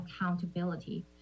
accountability